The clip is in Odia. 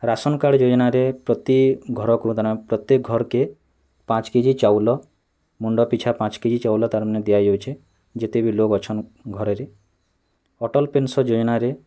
ରାସନ୍ କାର୍ଡ଼ ଯୋଜନାରେ ପ୍ରତି ଘରକୁ ପ୍ରତି ଘର୍କେ ପାଞ୍ଚ କେଜି ଚାଉଲ ମୁଣ୍ଡ ପିଛା ପାଞ୍ଚ କେଜି ଚାଉଲ ତା'ର୍ ମାନେ ଦିଆ ଯାଉଛେ ଯେତେ ବି ଲୋକ ଅଛନ୍ ଘରରେ ଅଟଲ୍ ପେନ୍ସନ୍ ଯୋଜନାରେ